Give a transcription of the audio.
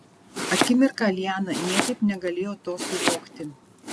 akimirką liana niekaip negalėjo to suvokti